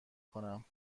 کنم